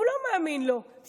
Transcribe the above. הוא לא מאמין לו --- בסוף,